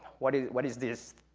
what is what is this